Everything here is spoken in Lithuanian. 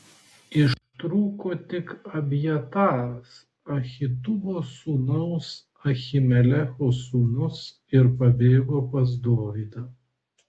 ištrūko tik abjataras ahitubo sūnaus ahimelecho sūnus ir pabėgo pas dovydą